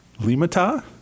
Limata